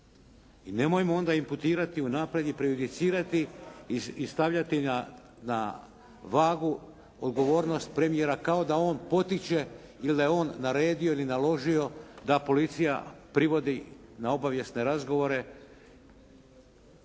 nemojmo onda imputirati unaprijed i prejudicirati i stavljati na vagu odgovornost premijera kao da on potiče ili da je on naredio ili naložio da policija privodi na obavijesne razgovore